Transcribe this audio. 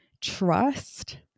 trust